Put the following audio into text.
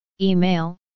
email